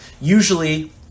usually